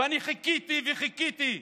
ואני חיכיתי וחיכיתי,